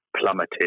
plummeted